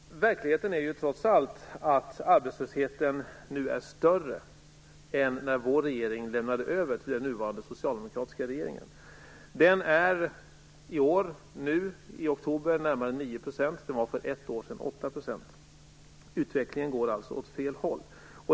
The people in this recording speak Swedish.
Verkligheten är trots allt att arbetslösheten nu är större än den var då vår regering lämnade över till den nuvarande socialdemokratiska regeringen. Nu i oktober ligger arbetslösheten på närmare 9 %. För ett år sedan låg den på 8 %. Utvecklingen går alltså åt fel håll.